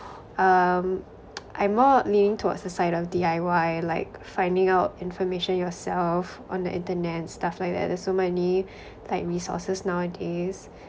um I more leaning towards the side of D_I_Y like finding out information yourself on the internet stuff like that there's so many like resources nowadays